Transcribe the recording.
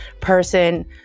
person